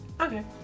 Okay